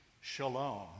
shalom